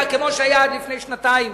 כמו שהיה עד לפני שנתיים,